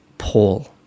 Paul